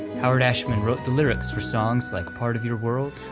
howard ashman wrote the lyrics for songs like part of your world,